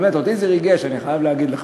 באמת, אותי זה ריגש, אני חייב להגיד לך.